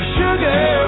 sugar